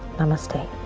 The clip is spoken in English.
namaste